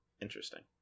interesting